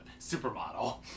supermodel